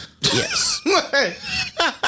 Yes